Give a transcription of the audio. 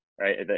right